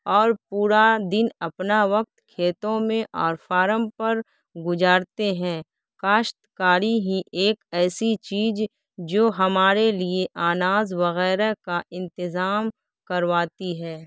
اور پورا دن اپنا وقت کھیتوں میں اور فارم پر گزارتے ہیں کاشتکاری ہی ایک ایسی چیز جو ہمارے لیے اناج وغیرہ کا انتظام کرواتی ہے